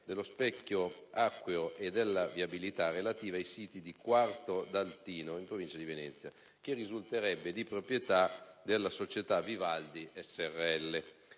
dello specchio acqueo e della viabilità relativa, siti in Quarto d'Altino (in provincia di Venezia), che risulterebbe di proprietà della società Vivaldi srl.